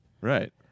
Right